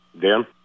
Dan